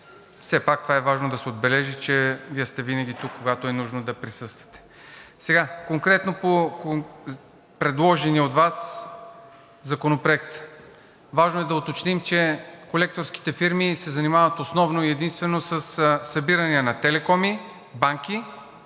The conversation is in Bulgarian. Все пак е важно да се отбележи, че Вие сте винаги тук, когато е нужно да присъствате. Сега конкретно по предложения от Вас законопроект. Важно е да уточним, че колекторските фирми се занимават основно и единствено със събирания на телекоми, банки